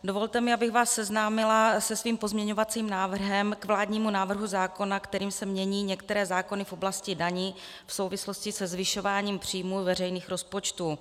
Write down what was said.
Dovolte mi, abych vás seznámila se svým pozměňovacím návrhem k vládnímu návrhu zákona, kterým se mění některé zákony v oblasti daní v souvislosti se zvyšováním příjmů z veřejných rozpočtů.